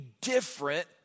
different